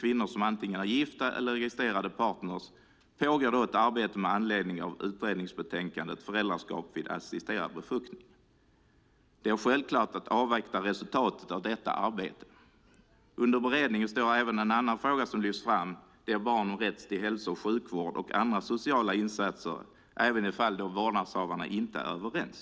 kvinnor som antingen är gifta eller registrerade partner pågår ett arbete med anledning av utredningsbetänkandet Föräldraskap vid assisterad befruktning . Det är självklart att avvakta resultatet av detta arbete. Under beredning står även en annan fråga som lyfts fram, nämligen den om barns rätt till hälso och sjukvård och andra sociala insatser även i de fall då vårdnadshavarna inte är överens.